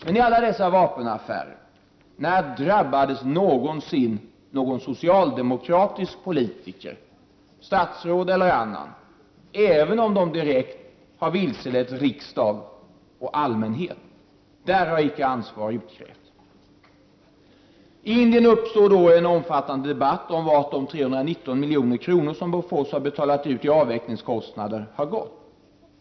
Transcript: Men när drabbades någonsin någon socialdemokratisk politiker, stats råd eller annan, i alla dessa vapenaffärer, även om de direkt har vilselett riksdag och allmänhet? Där har ansvar inte utkrävts. I Indien uppstod en omfattande debatt om vart de 319 milj.kr. som Bofors hade betalat ut i avvecklingskostnader hade gått.